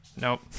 Nope